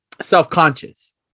self-conscious